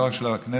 לא רק של הכנסת,